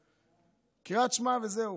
קריאת שמע וזהו.